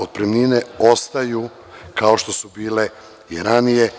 Otpremnine ostaju kao što su bile i ranije.